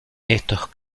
estos